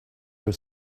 your